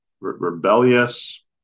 rebellious